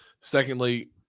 Secondly